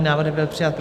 Návrh byl přijat.